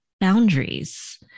boundaries